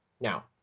Now